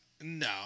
No